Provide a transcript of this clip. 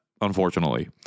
unfortunately